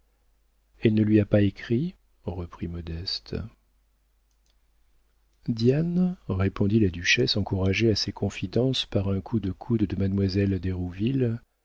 elle ne lui a pas écrit reprit modeste diane répondit la duchesse encouragée à ces confidences par un coup de coude de mademoiselle